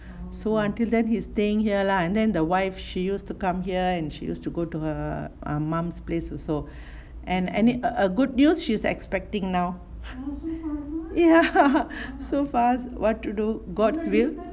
so until then he's staying here lah and then the wife she used to come here and she used to go to her err mum's place also and any a good news she's expecting now ya so fast what to do god's will